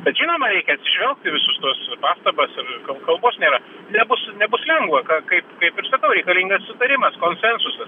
bet žinoma reikia atsižvelgt į visus tuos pastabas ir kal kalbos nėra nebus nebus lengva kaip kaip ir sakau reikalingas sutarimas konsensusas